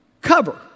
cover